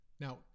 Now